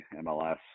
mls